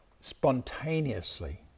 spontaneously